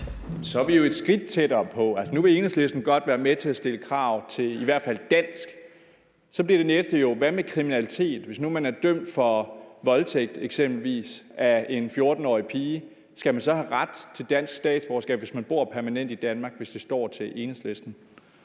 Så er vi jo et skridt tættere på. Nu vil Enhedslisten godt være med til at stille krav til i hvert fald dansk. Så bliver det næste jo kriminalitet. Hvis nu man er dømt eksempelvis for voldtægt af en 14-årig pige? Skal man så have ret til dansk statsborgerskab, hvis man bor permanent i Danmark, hvis det står til Enhedslisten?